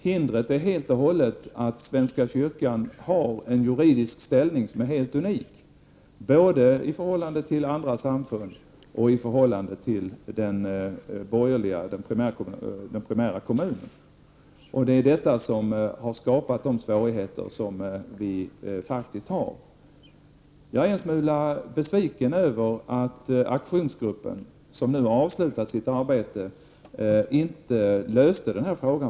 Hindret är helt och hållet att den svenska kyrkan har en juridisk ställning som är helt unik både i förhållande till andra samfund och till den borgerliga primärkommunen. Det är detta som har skapat de svårigheter som vi har. Jag är en smula besviken över att aktionsgruppen, som nu avslutat sitt arbete, inte löste den här frågan.